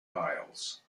aisles